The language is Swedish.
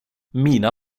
mina